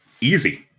Easy